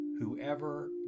whoever